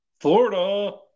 Florida